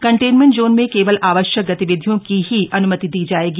containment zone में केवल आवश्यक गतिविधियों की ही अन्मति दी जाएगी